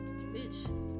Bitch